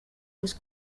was